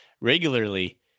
regularly